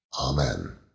Amen